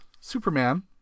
Superman